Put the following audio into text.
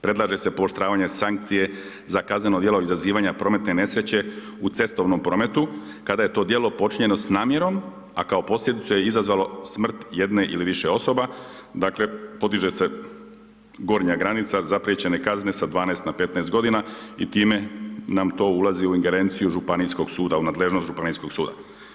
Predlaže se pooštravanje sankcije za kazneno djelo izazivanja prometne nesreće u cestovnom prometu kada je to djelo počinjeno sa namjerom a kao posljedicu je izazvalo smrt jedne ili više osoba dakle podiže se gornja granica zapriječene kazne sa 12 na 15 godina i time nam to ulazi u ingerenciju županijskog suda, u nadležnost županijskog suda.